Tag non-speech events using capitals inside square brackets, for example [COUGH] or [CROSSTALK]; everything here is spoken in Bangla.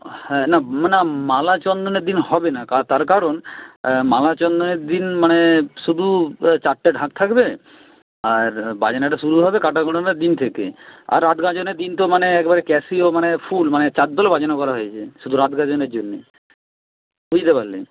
হ্যাঁ না [UNINTELLIGIBLE] না মালা চন্দনের দিন হবে না [UNINTELLIGIBLE] তার কারণ মালা চন্দনের দিন মানে শুধু চারটে ঢাক থাকবে আর বাজনাটা শুরু হবে কাঁটা ঘোরানোর দিন থেকে আর রাত গাজনের দিন তো মানে একবারে ক্যাসিও মানে ফুল মানে চার দল বাজনা করা হয়েছে শুধু রাত গাজনের জন্যে বুঝতে পারলে